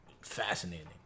fascinating